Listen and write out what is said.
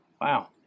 Wow